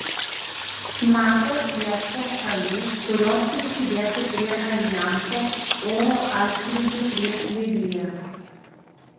nato ieško šalių kurios prisidėtų prie aljanso oro antskrydžių prieš libiją